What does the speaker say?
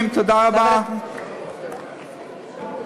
כהן, מסכים?